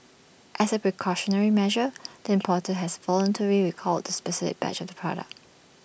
as A precautionary measure the importer has voluntarily recalled the specific batch of the product